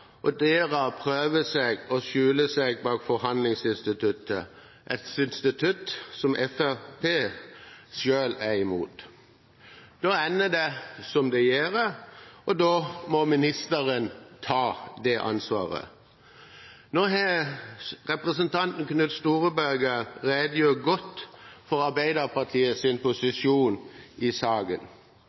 og deretter prøve å skjule seg bak forhandlingsinstituttet, et institutt som Fremskrittspartiet selv er imot. Da ender det som det gjør, og da må ministeren ta det ansvaret. Nå har representanten Knut Storberget redegjort godt for Arbeiderpartiets posisjon i saken.